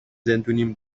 زندونیم